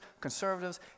conservatives